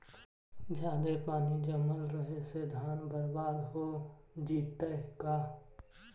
जादे पानी जमल रहे से धान बर्बाद हो जितै का?